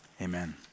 amen